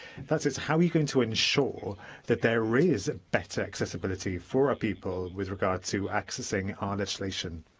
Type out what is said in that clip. that is, how are you going to ensure that there is better accessibility for our people with regard to accessing our legislation?